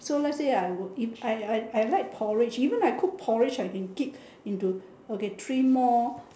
so let's say I will eat I I I like porridge even I cook porridge I can keep into okay three more